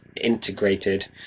integrated